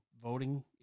voting